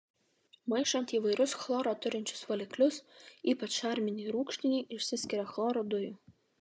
maišant įvairius chloro turinčius valiklius ypač šarminį ir rūgštinį išsiskiria chloro dujų